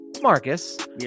marcus